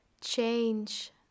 change